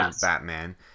Batman